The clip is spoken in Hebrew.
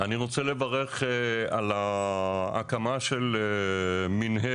אני רוצה לברך על ההקמה של המינהלת,